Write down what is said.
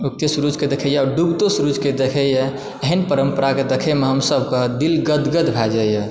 उगते सुरुजके दखैया आओर डुबितौ सुरुजके देखैया एहन परम्परा के देखैमे हमसभके दिल गदगद भए जाइया